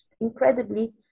incredibly